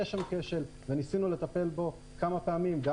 יש שם כשל וניסינו לטפל בו כמה פעמים גם